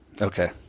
okay